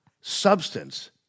substance